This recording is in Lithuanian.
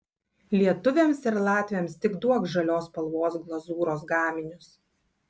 lietuviams ir latviams tik duok žalios spalvos glazūros gaminius